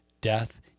death